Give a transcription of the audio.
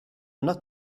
not